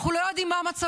אנחנו לא יודעים מה מצבו.